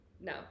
No